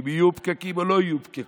אם יהיו פקקים או לא יהיו פקקים.